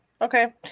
Okay